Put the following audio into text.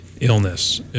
illness